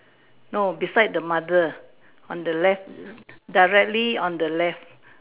no beside the mother on the left directly on the left